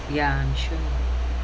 ya I'm sure